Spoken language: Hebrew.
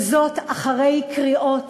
וזאת אחרי קריאות